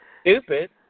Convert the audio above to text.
stupid